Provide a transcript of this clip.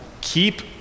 keep